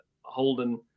holden